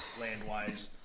land-wise